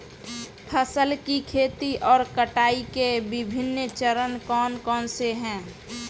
फसल की खेती और कटाई के विभिन्न चरण कौन कौनसे हैं?